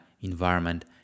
environment